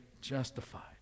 justified